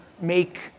make